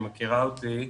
היא מכירה אותי.